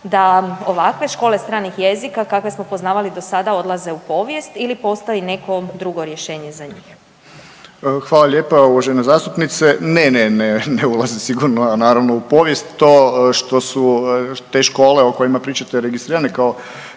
da ovakve škole stranih jezika kakve smo poznavali do sada odlaze u povijest ili postoji neko drugo rješenje za njih? **Paljak, Tomislav** Hvala lijepa uvažena zastupnice. Ne, ne, ne ulazi sigurno, a naravno u povijest to što su te škole o kojima pričate registrirane kao